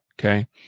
okay